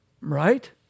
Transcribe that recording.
right